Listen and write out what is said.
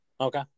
Okay